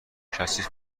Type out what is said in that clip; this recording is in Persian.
کثیف